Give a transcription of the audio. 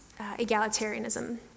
egalitarianism